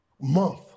month